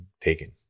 taken